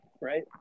right